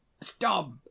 Stop